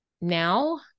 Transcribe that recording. now